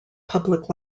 public